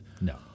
no